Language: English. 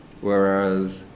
whereas